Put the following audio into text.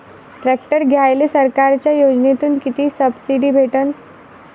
Tractor घ्यायले सरकारच्या योजनेतून किती सबसिडी भेटन?